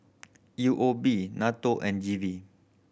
U O B NATO and G V